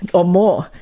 or more.